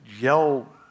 yell